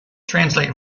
translate